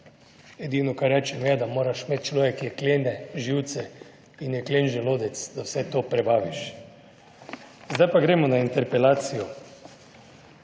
Edino kar rečem, je, da moraš imeti človek jeklene živce in jeklen želodec, da vse to prebaviš. Zdaj pa gremo na interpelacijo.